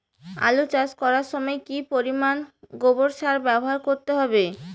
আলু চাষ করার সময় কি পরিমাণ গোবর সার ব্যবহার করতে হবে?